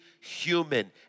human